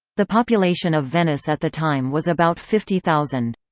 the population of venice at the time was about fifty thousand.